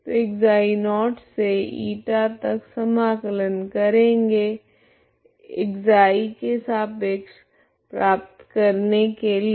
तो ξ0 से ईटा तक समाकलन करेगे ξ के सापेक्ष प्राप्त करने के लिए